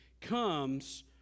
comes